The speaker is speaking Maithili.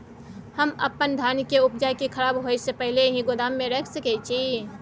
हम अपन धान के उपजा के खराब होय से पहिले ही गोदाम में रख सके छी?